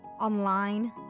online